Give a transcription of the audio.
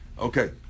okay